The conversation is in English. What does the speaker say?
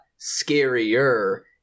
scarier